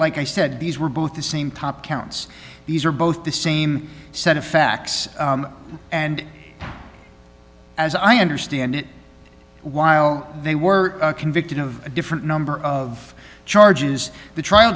like i said were both the same top counts these are both the same set of facts and as i understand it while they were convicted of a different number of charges the trial